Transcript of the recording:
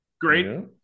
Great